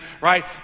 right